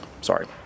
Sorry